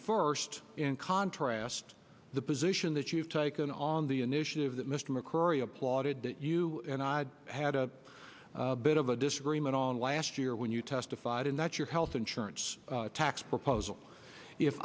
first in contrast the position that you've taken on the initiative that mr mccurry applauded that you and i had a bit of a disagreement on last year when you testified in that your health insurance tax proposal if